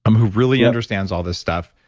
um who really understands all this stuff.